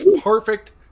perfect